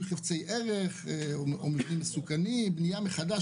בנייה מחדש,